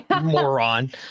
moron